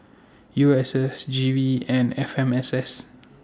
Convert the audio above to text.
U S S G V and F M S S